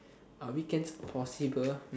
are weekends possible